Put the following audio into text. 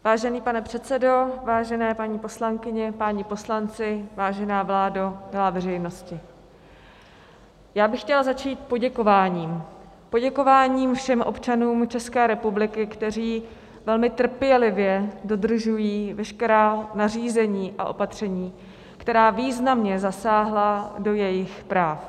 Vážený pane předsedo, vážené paní poslankyně, páni poslanci, vážená vládo, milá veřejnosti, já bych chtěla začít poděkováním, poděkováním všem občanům České republiky, kteří velmi trpělivě dodržují veškerá nařízení a opatření, která významně zasáhla do jejich práv.